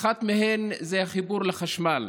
ואחת מהן היא החיבור לחשמל.